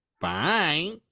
Bye